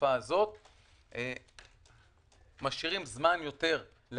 בתקופה הזו משאירים זמן להתנהלות.